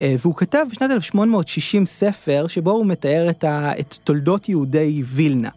והוא כתב בשנת 1860 ספר שבו הוא מתאר את תולדות יהודי וילנה.